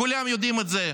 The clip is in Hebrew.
כולם יודעים את זה,